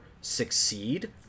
succeed